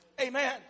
Amen